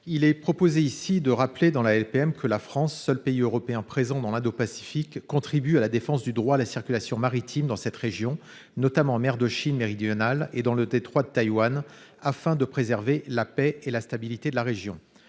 Nous proposons de rappeler dans la LPM que la France, seul pays européen présent dans l'Indo-Pacifique, contribue à la défense du droit à la circulation maritime dans cette région, notamment en mer de Chine méridionale et dans le détroit de Taïwan, afin de préserver la paix et la stabilité de la région.